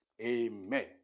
Amen